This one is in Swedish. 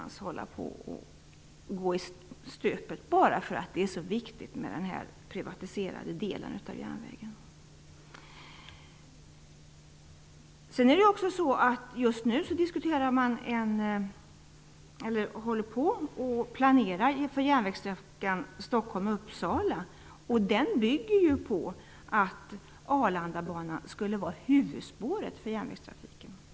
Nu verkar alltsammans gå i stöpet bara för att den privatiserade delen av järnvägen är så viktig. Just nu håller man på att planera för järnvägssträckan Stockholm--Uppsala. Den bygger ju på att Arlandabanan skulle vara huvudspåret för järnvägstrafiken.